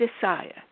desire